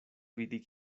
vidi